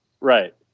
right